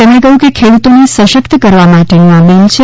તેમણે કહ્યું ખેડૂતોને સશક્ત કરવા માટેનું આ બિલ છે